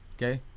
kay?